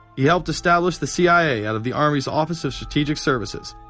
he helped establish the cia out of the army's office of strategic services.